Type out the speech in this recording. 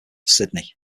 sydney